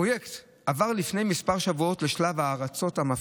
הפרויקט עבר לפני כמה שבועות לשלב הרצות המפעיל,